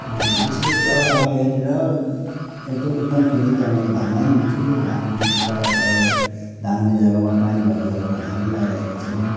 विशेष त अब यहाँनिर एकदम उत्तम खेती त म धानलाई नै दिन्छु किनभने धान प्राय प्राय धान हुने जग्गामा पानी भएको जग्गामा धानै लाइरहेका छन्